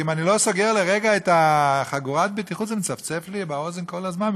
אם אני לא סוגר לרגע את חגורת הבטיחות זה מצפצף לי באוזן כל הזמן.